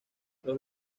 los